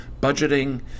budgeting